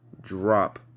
drop